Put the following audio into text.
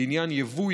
לעניין יבוא,